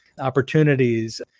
opportunities